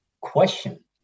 question